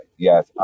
Yes